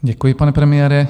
Děkuji, pane premiére.